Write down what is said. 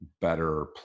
better